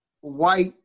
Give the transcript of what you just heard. white